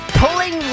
pulling